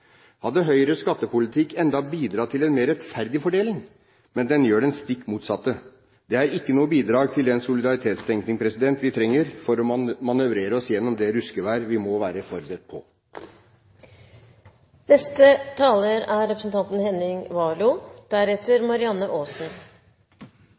Hadde Høyres skattepolitikk enda bidratt til en mer rettferdig fordeling, men den gjør det stikk motsatte. Det er ikke noe bidrag til den solidaritetstenkning vi trenger for å manøvrere oss gjennom det ruskeværet vi må være forberedt på. Foregående taler